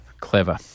Clever